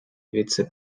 вице